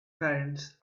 parents